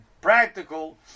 practical